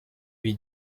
lui